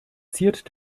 ziert